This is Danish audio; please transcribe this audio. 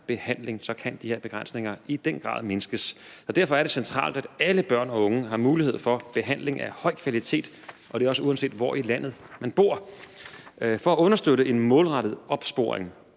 kan de her begrænsninger i den grad mindskes. Og derfor er det centralt, at alle børn og unge har mulighed for at få behandling af høj kvalitet, uanset hvor i landet man bor. For at understøtte en målrettet opsporing,